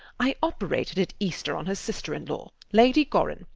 i operated at easter on her sister-in-law, lady gorran,